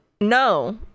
no